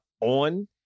on